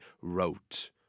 wrote